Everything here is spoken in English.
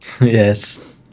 Yes